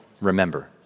Remember